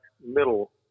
middle